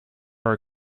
are